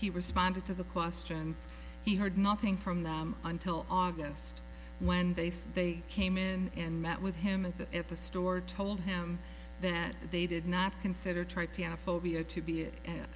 he responded to the questions he heard nothing from them until august when they said they came in and met with him at the end the store told him that they did not consider try piano phobia to be